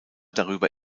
darüber